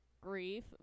grief